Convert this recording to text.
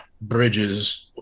bridges